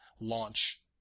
launch